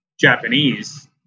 Japanese